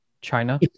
China